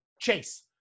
Chase